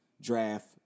draft